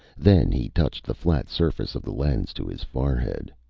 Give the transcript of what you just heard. then he touched the flat surface of the lens to his forehead.